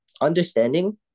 understanding